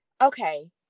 okay